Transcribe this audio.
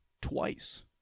twice